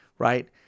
Right